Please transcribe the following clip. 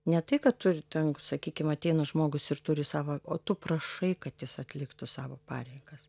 ne tai kad turi ten sakykim ateina žmogus ir turi savo o tu prašai kad jis atliktų savo pareigas